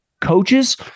coaches